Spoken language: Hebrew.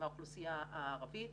מהחברה הערבית.